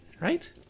right